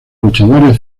luchadores